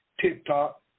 TikTok